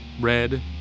red